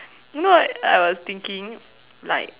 you know what I was thinking like